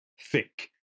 thick